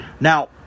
Now